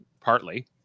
partly